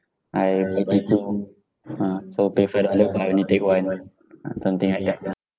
I purchase ah so pay for the but I only pay one something like that ah